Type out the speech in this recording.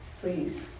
please